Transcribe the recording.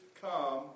come